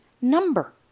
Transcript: number